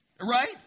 Right